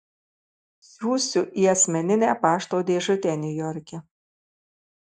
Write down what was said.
siųsiu į asmeninę pašto dėžutę niujorke